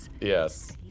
yes